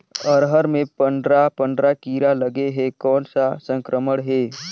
अरहर मे पंडरा पंडरा कीरा लगे हे कौन सा संक्रमण हे?